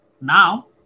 now